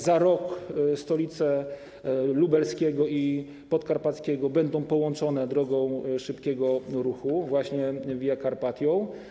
Za rok stolice województw lubelskiego i podkarpackiego będą połączone drogą szybkiego ruchu, właśnie Via Carpatią.